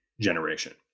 generation